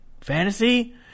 fantasy